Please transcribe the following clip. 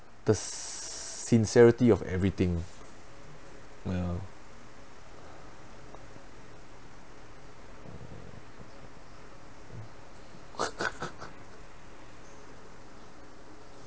the sincerity of everything ya